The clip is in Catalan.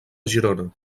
girona